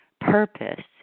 purpose